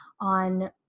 on